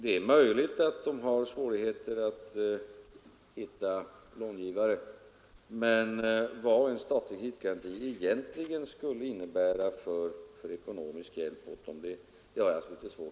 Det är möjligt att de har svårigheter att hitta långivare, men vilken ekonomisk hjälp en statlig kreditgaranti egentligen skulle innebära för dem har jag litet svårt att se.